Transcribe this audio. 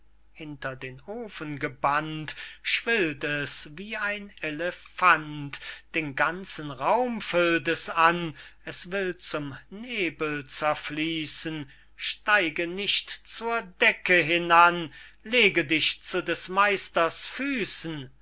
hinter den ofen gebannt schwillt es wie ein elephant den ganzen raum füllt es an es will zum nebel zerfließen steige nicht zur decke hinan lege dich zu des meisters füßen